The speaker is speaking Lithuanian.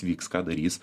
vyks ką darys